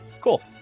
Cool